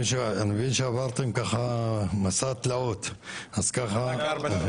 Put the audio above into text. אני מבין שעברתם ככה מסע תלאות, ארבע שעות